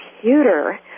computer